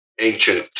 ancient